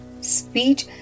Speech